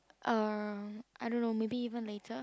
uh I don't know maybe even later